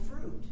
fruit